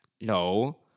No